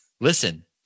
Listen